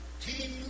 team